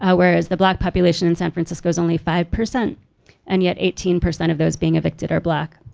ah whereas the black population in san francisco is only five percent and yet eighteen percent of those being evicted are black.